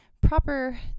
proper